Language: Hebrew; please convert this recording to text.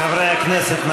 חברי הכנסת,